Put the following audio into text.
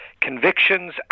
convictions